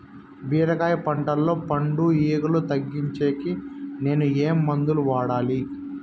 బీరకాయ పంటల్లో పండు ఈగలు తగ్గించేకి నేను ఏమి మందులు వాడాలా?